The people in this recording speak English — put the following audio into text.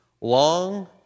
long